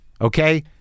okay